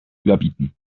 überbieten